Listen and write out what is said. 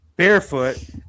barefoot